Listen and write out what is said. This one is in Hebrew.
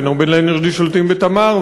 ו"נובל אנרג'י" שולטים ב"תמר",